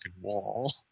wall